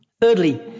Thirdly